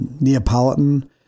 Neapolitan